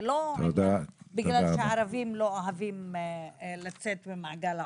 זה לא בגלל שהערבים לא אוהבים לצאת ממעגל העוני.